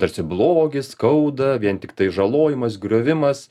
tarsi blogis skauda vien tiktai žalojimas griovimas